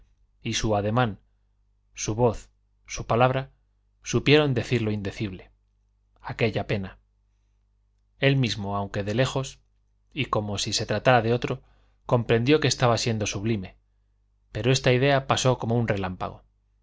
y su ademán su voz su palabra supieron decir lo indecible aquella pena él mismo aunque de lejos y como si se tratara de otro comprendió que estaba siendo sublime pero esta idea pasó como un relámpago